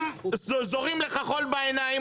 הם זורים לך חול בעיניים,